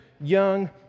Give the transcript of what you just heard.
young